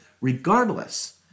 regardless